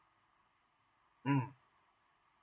mm